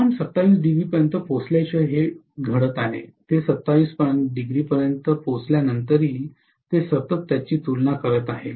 तापमान 27° पर्यंत पोहोचल्याशिवाय हे घडत आहे ते 27° पर्यंत पोहोचल्यानंतरही ते सतत त्याची तुलना करत आहे